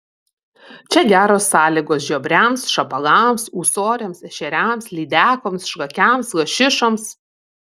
čia geros sąlygos žiobriams šapalams ūsoriams ešeriams lydekoms šlakiams lašišoms